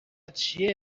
چیه